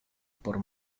por